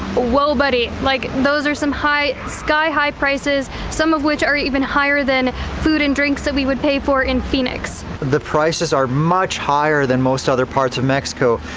whoa buddy, like those are some sky high prices, some of which are even higher than food and drinks that we would pay for in phoenix. the prices are much higher than most other parts of mexico.